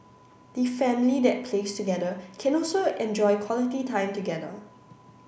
the family that plays together can also enjoy quality time together